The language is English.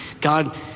God